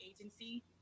Agency